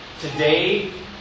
today